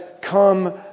come